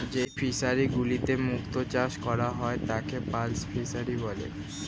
যেই ফিশারি গুলিতে মুক্ত চাষ করা হয় তাকে পার্ল ফিসারী বলে